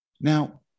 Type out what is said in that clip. Now